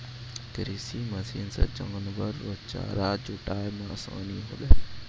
कृषि मशीन से जानवर रो चारा जुटाय मे आसानी होलै